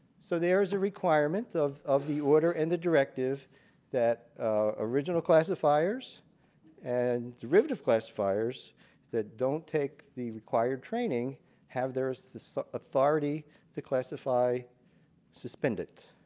so there's a requirement of of the order and directive that original classifiers and derivative classifiers that don't take the required training have their authority to classify suspended.